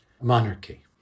monarchy